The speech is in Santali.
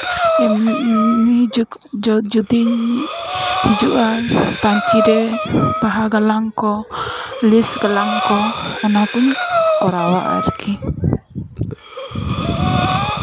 ᱡᱚᱫᱤᱧ ᱦᱤᱡᱩᱜᱼᱟ ᱯᱟᱧᱪᱤ ᱨᱮ ᱵᱟᱦᱟ ᱜᱟᱞᱟᱝ ᱠᱚ ᱞᱮᱥ ᱜᱟᱞᱟᱝ ᱠᱚ ᱚᱱᱟᱠᱚᱧ ᱠᱚᱨᱟᱣᱟ ᱟᱨᱠᱤ